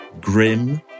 grim